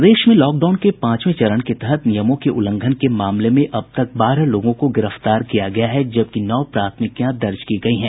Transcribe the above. प्रदेश में लॉकडाउन के पांचवे चरण के तहत नियमों के उल्लंघन के मामले में अब तक बारह लोगों को गिरफ्तार किया गया है जबकि नौ प्राथमिकियां दर्ज की गयी हैं